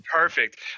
Perfect